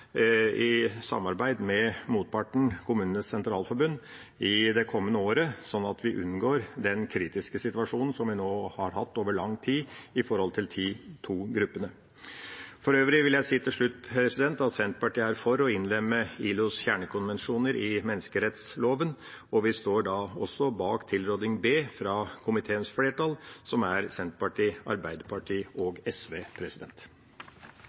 i samarbeid med motparten, Kommunenes Sentralforbund, i det kommende året, sånn at vi unngår den kritiske situasjonen som vi nå har hatt over lang tid for de to gruppene. For øvrig vil jeg si, til slutt, at Senterpartiet er for å innlemme ILOs kjernekonvensjoner i menneskerettsloven, og vi står også bak tilråding B fra komiteens flertall, som er Senterpartiet, Arbeiderpartiet og SV.